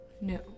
No